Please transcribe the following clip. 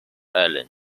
allen